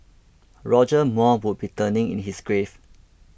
Roger Moore would be turning in his grave